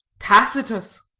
tacitus!